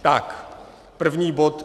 Tak první bod.